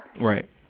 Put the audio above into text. Right